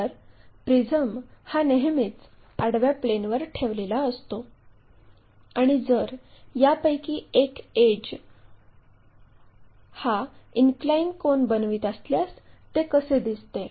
तर प्रिझम हा नेहमीच आडव्या प्लेनवर ठेवला जातो आणि जर यापैकी एक एड्ज ही इनक्लाइन कोन बनवित असल्यास ते कसे दिसते